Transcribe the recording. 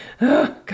God